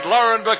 Lauren